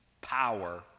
power